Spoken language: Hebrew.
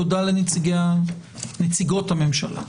תודה לנציגות הממשלה.